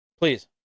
Please